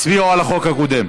לא הצבענו על החוק הקודם.